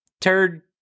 turd